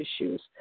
issues